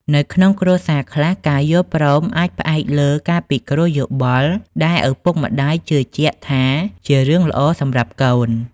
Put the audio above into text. នៅក្នុងគ្រួសារខ្លះ ការយល់ព្រមអាចផ្អែកលើការពិគ្រោះយោបល់ដែលឪពុកម្ដាយជឿជាក់ថាជារឿងល្អសម្រាប់កូន។